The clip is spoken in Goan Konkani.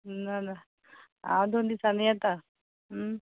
ना ना हांव दोन दिसांनी येता